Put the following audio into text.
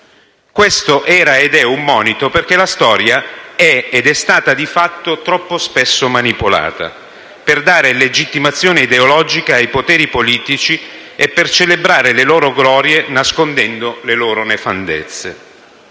Questo era ed è un monito, perché la storia è ed è stata di fatto troppo spesso manipolata, per dare legittimazione ideologica ai poteri politici e per celebrare le loro glorie nascondendo le loro nefandezze.